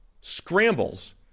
scrambles